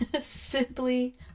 Simply